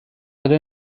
دوی